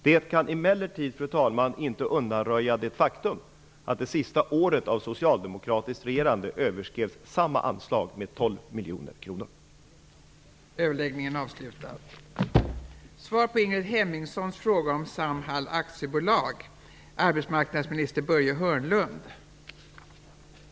Detta kan emellertid inte, fru talman, undanröja det faktum att samma anslag överskreds med 12 miljoner kronor under det sista året med socialdemokratiskt regerande.